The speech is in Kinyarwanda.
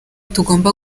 tugomba